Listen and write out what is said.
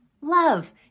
Love